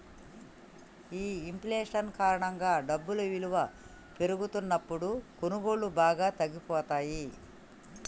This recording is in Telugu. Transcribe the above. ఈ ఇంఫ్లేషన్ కారణంగా డబ్బు ఇలువ పెరుగుతున్నప్పుడు కొనుగోళ్ళు బాగా తగ్గిపోతయ్యి